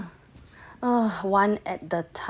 err one at the time